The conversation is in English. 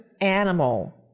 animal